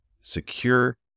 secure